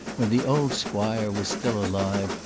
when the old squire was still alive,